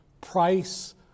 price